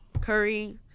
Curry